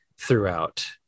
throughout